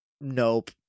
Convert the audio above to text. Nope